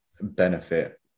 benefit